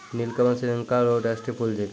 नीलकमल श्रीलंका रो राष्ट्रीय फूल छिकै